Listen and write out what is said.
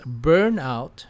burnout